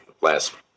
last